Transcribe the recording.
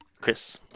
Chris